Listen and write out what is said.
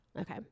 okay